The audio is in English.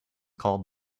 called